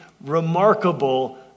remarkable